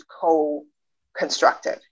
co-constructed